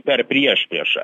per priešpriešą